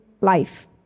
life